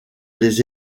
les